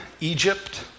Egypt